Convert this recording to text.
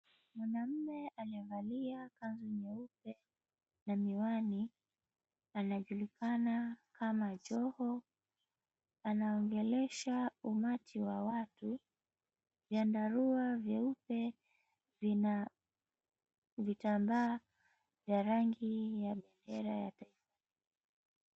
Mwanaume aliyevalia kanzu nyeupe na miwani anajulikana kama Joho, anaongelesha umati wa watu. Vyandarua vyeupe vina vitambaa vya rangi ya bendera ya kitaifa.